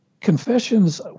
Confessions